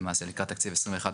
למעשה לקראת תקציב 2022-2021,